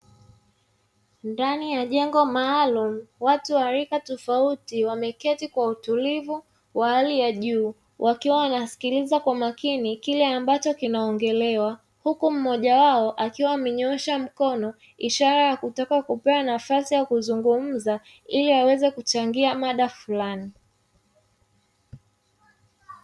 Ndani ya jengo maalumu, watu wa rika tofauti wameketi kwa utulivu wa hali ya juu, wakiwa wanasikiliza kwa makini kile ambacho kinaongelewa, huku mmoja wao akiwa amenyoosha mkono ishara ya kutaka kupewa nafasi ya kuzungumza, ili aweze kuchangia mada fulani.